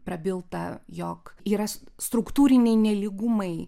prabilta jog yra struktūriniai nelygumai